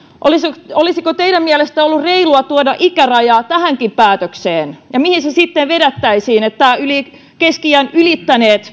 olisiko olisiko teidän mielestänne ollut reilua tuoda ikäraja tähänkin päätökseen ja mihin se sitten vedettäisiin että esimerkiksi keski iän ylittäneiden